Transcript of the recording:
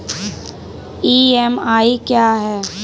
EMI क्या है?